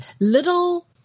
little